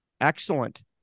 Excellent